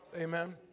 Amen